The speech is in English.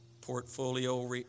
portfolio